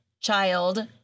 child